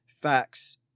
facts